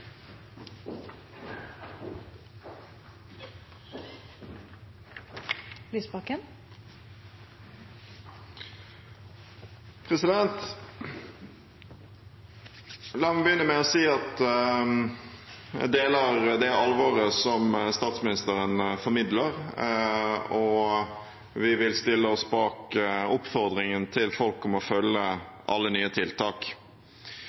La meg begynne med å si at jeg deler det alvoret som statsministeren formidler, og vi vil stille oss bak oppfordringen til folk om å følge alle nye tiltak.